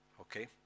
okay